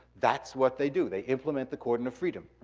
that's what they do. they implement the cordon of freedom.